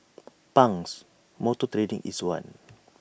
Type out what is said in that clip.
Pang's motor trading is one